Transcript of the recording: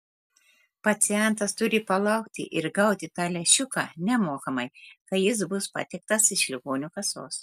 pacientas turi palaukti ir gauti tą lęšiuką nemokamai kai jis bus patiektas iš ligonių kasos